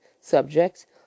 Subjects